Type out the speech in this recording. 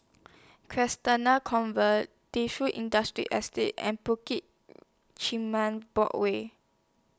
Convent Defu Industrial Estate and Bukit Chermin Board Way